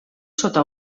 sota